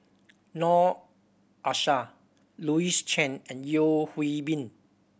Noor Aishah Louis Chen and Yeo Hwee Bin